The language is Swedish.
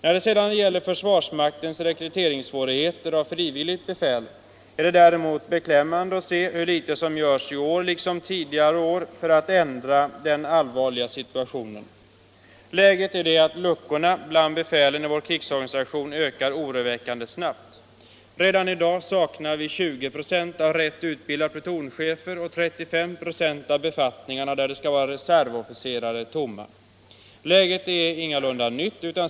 När det gäller försvarsmaktens svårigheter att rekrytera frivilligt befäl är det däremot beklämmande att se hur litet man i år liksom tidigare år gör för att ändra på den allvarliga situationen. Läget är det att luckorna bland befälen i vår krigsorganisation ökar oroväckande snabbt. Redan i dag är det 20 26 av plutonchefsbefattningarna som inte har kunnat tillsättas med rätt utbildad personal, och 35 96 av de befattningar som skall besättas av reservofficerare står tomma. Detta läge är ingalunda nytt.